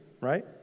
right